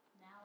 Now